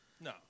No